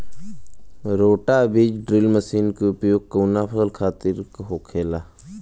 रोटा बिज drill machine के उपयोग कऊना फसल खातिर होखेला?